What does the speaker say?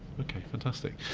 okay, fantastic.